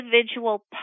individual